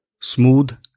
smooth